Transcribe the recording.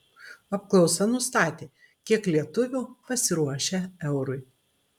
apklausa nustatė kiek lietuvių pasiruošę eurui